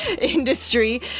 industry